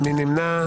מי נמנע?